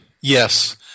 Yes